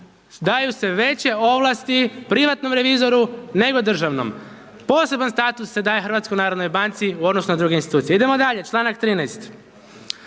daju se veće ovlasti privatnom revizoru nego državnom, poseban status se daje HNB-u u odnosu na druge institucije. Idemo dalje, članak 13.